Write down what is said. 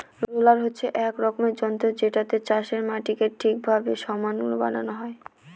roller হচ্ছে এক রকমের যন্ত্র যেটাতে চাষের মাটিকে ঠিকভাবে সমান বানানো হয়